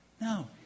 No